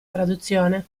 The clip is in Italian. traduzione